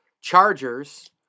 Chargers